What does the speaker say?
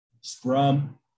Scrum